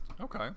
okay